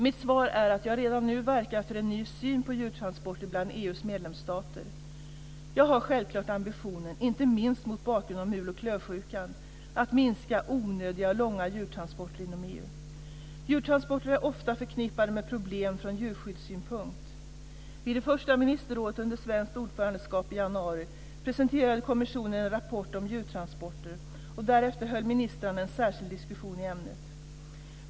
Mitt svar är att jag redan nu verkar för en ny syn på djurtransporter bland EU:s medlemsstater. Jag har självklart ambitionen, inte minst mot bakgrund av mul och klövsjukan, att minska onödiga och långa djurtransporter inom EU. Djurtransporter är ofta förknippade med problem från djurskyddssynpunkt. Vid det första ministerrådet under svenskt ordförandeskap i januari presenterade kommissionen en rapport om djurtransporter, och därefter höll ministrarna en särskild diskussion i ämnet.